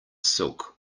silk